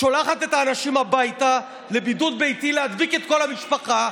היא שולחת את האנשים הביתה לבידוד ביתי להדביק את כל המשפחה